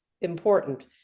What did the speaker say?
important